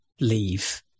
leave